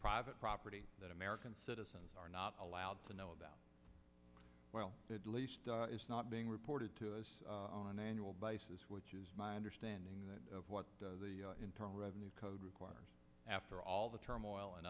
private property that american citizens are not allowed to know that well that is not being reported to us on an annual basis which is my understanding that of what the internal revenue code requires after all the turmoil and